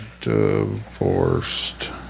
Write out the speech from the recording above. divorced